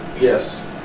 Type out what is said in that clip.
Yes